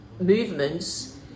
movements